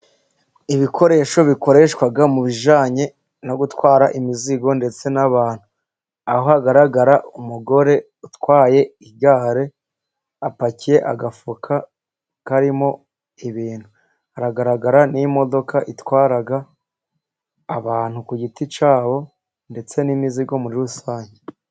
Ibikoresho bikoreshwa mu bijyanye no gutwara imizigo, ndetse n'abantu, aho hagaragara umugore utwaye igare, apakiye agafuka karimo ibintu. Hagaragara n'imodoka itwara abantu ku giti cyabo, ndetse n'imizigo muri rusange.